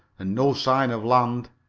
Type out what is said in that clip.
and no sign of land.